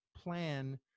plan